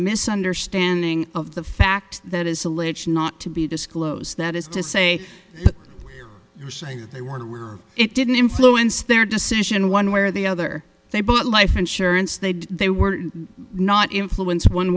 misunderstanding of the fact that is alleged not to be disclosed that is to say they are saying that they weren't aware or it didn't influence their decision one way or the other they bought life insurance they did they were not influenced one